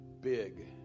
big